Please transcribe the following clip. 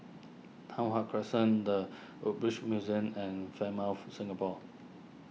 Tai Hwan Crescent the Woodbridge Museum and Fairmont Singapore